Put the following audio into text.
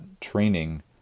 training